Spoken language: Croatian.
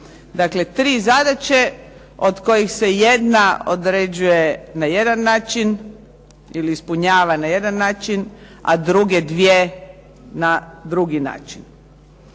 Dakle, tri zadaće od kojih se jedna određuje na jedan način ili ispunjava na jedan način a druge dvije na drugi način.